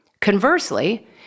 Conversely